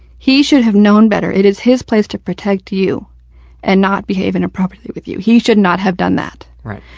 he should have known better. it is his place to protect you and not behave inappropriately with you. he should not have done that. right.